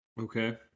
Okay